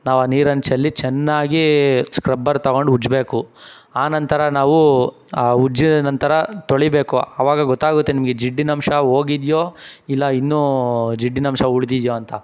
ನಾವು ಆ ನೀರನ್ನು ಚೆಲ್ಲಿ ಚೆನ್ನಾಗಿ ಸ್ಕ್ರಬ್ಬರ್ ತಗೊಂಡು ಉಜ್ಜಬೇಕು ಆ ನಂತರ ನಾವು ಆ ಉಜ್ಜಿದ ನಂತರ ತೊಳೀಬೇಕು ಆವಾಗ ಗೊತ್ತಾಗುತ್ತೆ ನಿಮಗೆ ಜಿಡ್ಡಿನ ಅಂಶ ಹೋಗಿದ್ಯೋ ಇಲ್ಲ ಇನ್ನೂ ಜಿಡ್ಡಿನ ಅಂಶ ಉಳಿದಿದ್ಯೋ ಅಂತ